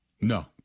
no